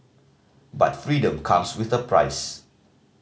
but freedom comes with a price